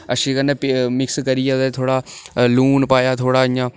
अच्छी कन्नै मिक्स करियै ओह्दे च थोह्ड़ा लून पाया थोह्ड़ा इ'यां